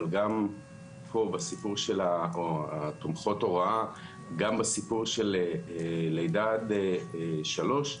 או תומכות הוראה גם בסיפור של לידה עד שלוש,